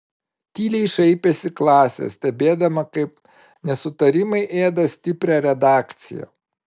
tyliai šaipėsi klasė stebėdama kaip nesutarimai ėda stiprią redakciją